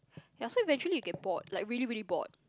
ya so eventually you get bored like really really bored